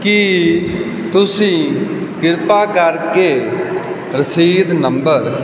ਕੀ ਤੁਸੀਂ ਕਿਰਪਾ ਕਰਕੇ ਰਸੀਦ ਨੰਬਰ